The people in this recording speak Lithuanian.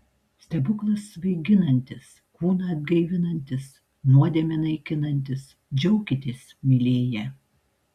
stebuklas svaiginantis kūną atgaivinantis nuodėmę naikinantis džiaukitės mylėję